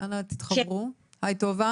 היי טובה.